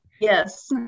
Yes